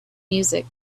music